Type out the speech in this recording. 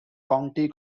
county